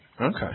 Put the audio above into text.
Okay